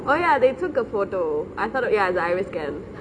oh ya they took a photo I st~ ya the iris scan